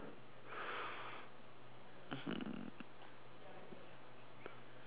hmm